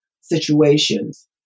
situations